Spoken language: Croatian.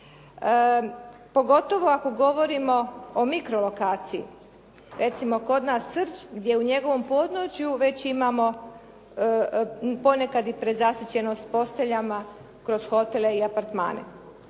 pogotovo ako govorimo o mikro lokaciji. Recimo kod nas Srđ gdje u njegovom podnožju već imamo ponekad i prezasićenost posteljama kroz hotele i apartmane.